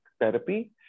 therapy